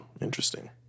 Interesting